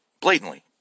blatantly